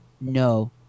No